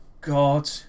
God